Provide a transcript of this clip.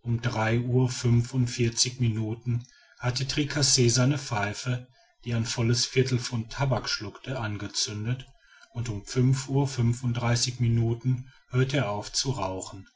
um drei uhr fünfundvierzig minuten hatte tricasse seine pfeife die ein volles viertelpfund tabak schluckte angezündet und um fünf uhr fünfunddreißig minuten hörte er auf zu rauchen